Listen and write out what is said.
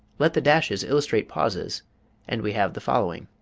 let the dashes illustrate pauses and we have the following